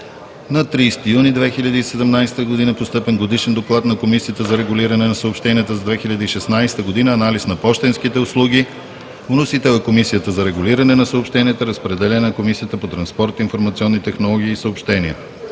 На 30 юни 2017 г. е постъпил Годишен доклад на Комисията за регулиране на съобщенията за 2016 г. – „Анализ на пощенските услуги“. Вносител – Комисията за регулиране на съобщенията. Разпределен е на Комисията по транспорт, информационни технологии и съобщения.